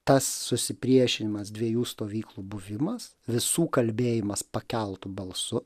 tas susipriešinimas dviejų stovyklų buvimas visų kalbėjimas pakeltu balsu